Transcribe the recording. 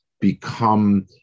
become